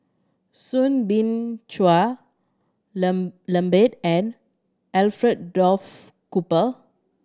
Soo Bin Chua Lambert and Alfred Duff Cooper